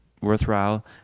worthwhile